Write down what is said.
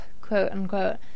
quote-unquote